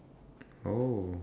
oh